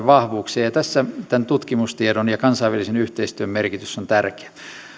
vahvuuksia tässä tämän tutkimustiedon ja kansainvälisen yhteistyön merkitys on tärkeä